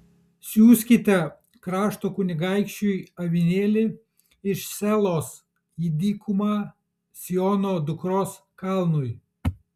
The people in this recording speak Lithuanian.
siųskite krašto kunigaikščiui avinėlį iš selos į dykumą siono dukros kalnui